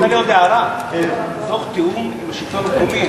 אם מותר לי עוד הערה: תוך תיאום עם השלטון המקומי.